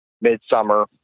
midsummer